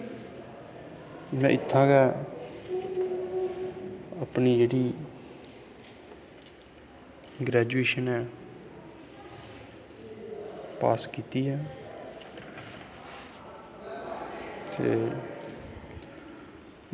में इत्थुआं गै अपनी जेह्ड़ा ग्रैजुएशन ऐ पास कीती ऐ ते